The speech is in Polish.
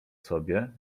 sobie